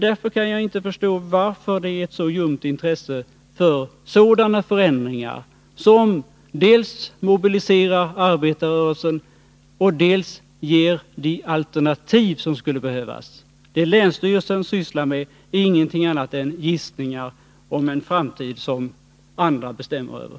Jag kan inte förstå varför det är så ljumt intresse för sådana förändringar som dels mobiliserar arbetarrörelsen, dels resulterar i de alternativ som skulle behövas. Det länstyrelsen sysslar med är ingenting annat än gissningar om en framtid som andra bestämmer över.